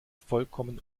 vollkommen